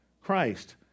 Christ